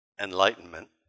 Enlightenment